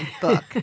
book